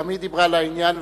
וגם היא דיברה לעניין,